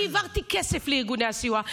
אני העברתי כסף לארגוני הסיוע,